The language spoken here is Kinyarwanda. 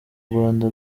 rwanda